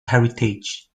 heritage